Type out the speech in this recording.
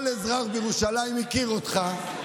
כל אזרח בירושלים הכיר אותך,